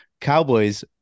Cowboys